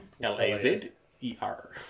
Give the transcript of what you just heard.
L-A-Z-E-R